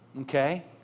okay